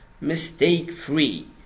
mistake-free